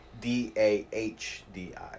D-A-H-D-I